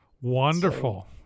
Wonderful